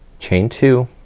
chain two,